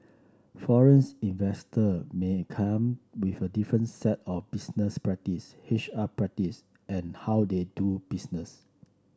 foreign investor may come with a different set of business practice H R practice and how they do business